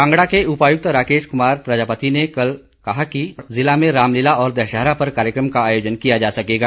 कांगड़ा के उपायुक्त राकेश कुमार प्रजापति ने कहा है कि जिला में रामलीला और दशहरा पर कार्यक्रम का आयोजन किया जा सकेगा